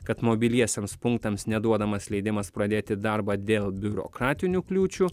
kad mobiliesiems punktams neduodamas leidimas pradėti darbą dėl biurokratinių kliūčių